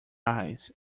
eyes